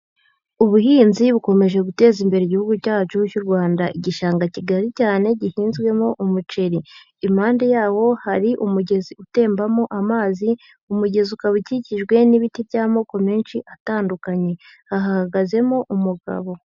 Ubuhinzi bukomeje guteza imbere igihugu cyacu cy'u Rwanda, igishanga kigari cyane gihinzwemo umuceri, impande yawo hari umugezi utembamo amazi, umugezi ukaba ukikijwe n'ibiti by'amoko menshi atandukanye, aha hahagazemo umugabo.